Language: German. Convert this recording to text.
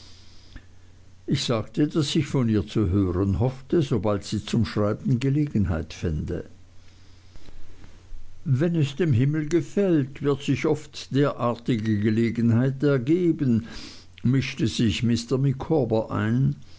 ich sagte daß ich von ihr zu hören hoffte sobald sie zum schreiben gelegenheit fände wenn es dem himmel gefällt wird sich oft derartige gelegenheit ergeben mischte sich mr micawber ein